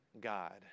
God